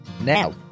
now